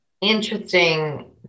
interesting